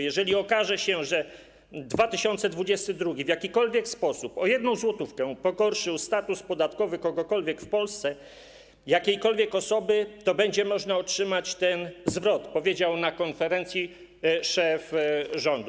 Jeżeli okaże się, że rok 2022 w jakikolwiek sposób, o jedną złotówkę, pogorszył status podatkowy kogokolwiek w Polsce, jakiejkolwiek osoby, to będzie można otrzymać ten zwrot - powiedział na konferencji szef rządu.